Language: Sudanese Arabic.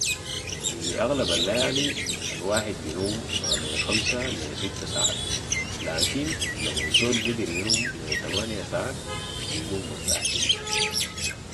في اغلب الليالي الواحد بينوم ما بين خمسة لي ستة ساعات. لكن لو الزول قدر ينوم لي تمانيه ساعات بيقوم مرتاح شديد.